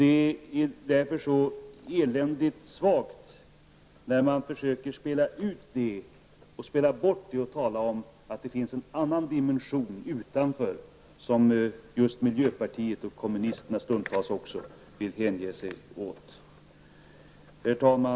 Det är därför så eländigt svagt att man försöker spela ut det och spela bort det. Man talar om att det finns en annan dimension utanför. Miljöpartiet och kommunisterna hänger sig också stundtals åt detta. Herr talman!